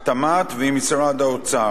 משרד התמ"ת ומשרד האוצר.